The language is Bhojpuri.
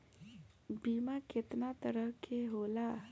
बीमा केतना तरह के होला?